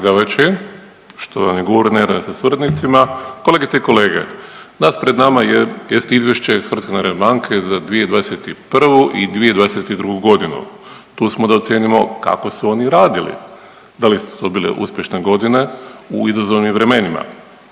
Izvješće HNB-a za 2021. i 2022.g., tu smo da ocijenimo kako su oni radili, da li su to bile uspješne godine u izazovnim vremenima.